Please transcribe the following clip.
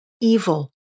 evil